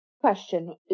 Question